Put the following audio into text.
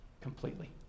completely